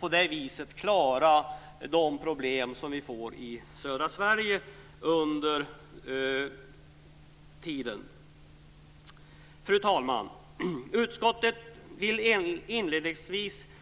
På det viset kan vi klara de problem som vi får i södra Sverige. Fru talman! Utskottet vill